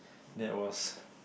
that was